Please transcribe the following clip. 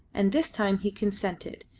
and this time he consented,